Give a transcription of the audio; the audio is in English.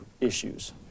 issues